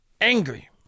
angry